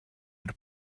are